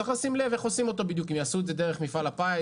צריך לשים לב איך עושים את זה בדיוק אם יעשו את זה דרך מפעל הפיס,